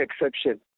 exception